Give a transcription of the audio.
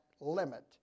limit